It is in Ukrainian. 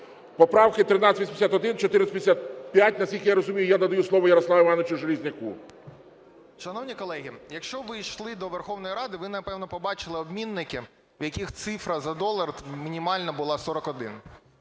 Поправки 1381, 1455. Наскільки я розумію, я надаю слово Ярославу Івановичу Железняку. 11:25:00 ЖЕЛЕЗНЯК Я.І. Шановні колеги, якщо ви йшли до Верховної Ради, ви, напевно, побачили обмінники в яких цифра за долар, мінімальна, була 41.